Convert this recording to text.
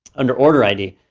under order id,